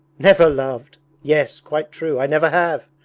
never loved. yes, quite true, i never have!